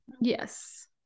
yes